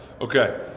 Okay